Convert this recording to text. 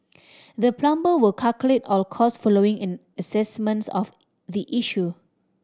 the plumber will calculate all costs following an assessments of the issue